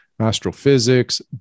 astrophysics